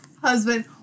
husband